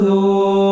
Lord